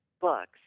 books